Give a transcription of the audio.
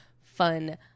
fun